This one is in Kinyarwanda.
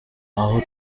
aho